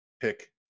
pick